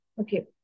Okay